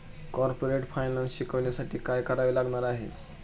Corporate finance शिकण्यासाठी काय करावे लागणार आहे?